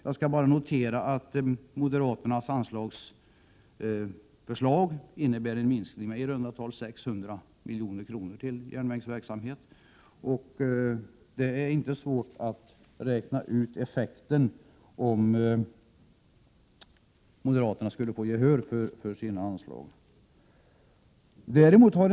Jag skall bara notera att moderaternas anslagsförslag innebär en minskning medi runda tal 600 milj.kr. till järnvägsverksamheten. Det är inte svårt att räkna ut effekten, om moderaterna skulle få gehör för sina förslag till anslag.